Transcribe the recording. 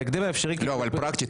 בהקדם האפשרי --- פרקטית,